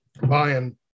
buying